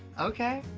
okay,